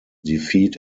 defeat